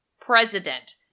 president